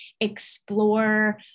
explore